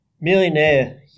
millionaire